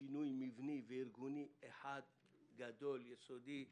שינוי מבני וארגוני אחד גדול ויסודי,